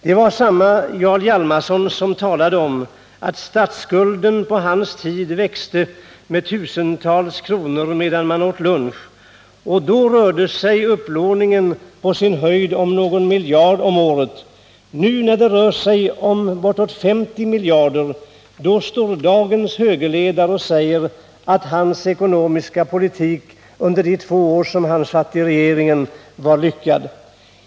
Det var samma Jarl Hjalmarson som talade om att statsskulden på hans tid växte med tusentals kronor medan man åt lunch. Och då rörde sig hela upplåningen på sin höjd om någon miljard om året. Nu, när det rör sig om en upplåning på bortåt 50 miljarder, står dagens högerledare och säger att hans ekonomiska politik under de två år han satt i regeringen var lyckad.